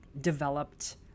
developed